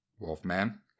Wolfman